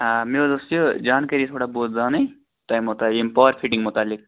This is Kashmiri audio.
آ مےٚ حظ ٲس یہ جانکٲری حظ ٲس تھوڑا بہت زانن تۄہہِ یمہ پاوَر فٹِنٛگ مُتعلِق